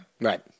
Right